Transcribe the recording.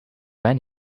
when